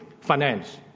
finance